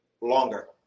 longer